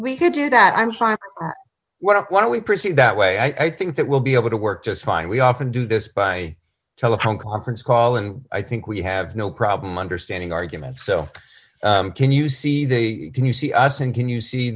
we could do that i'm fine what we perceive that way i think that we'll be able to work just fine we often do this by telephone conference call and i think we have no problem understanding arguments so can you see they can you see us and can you see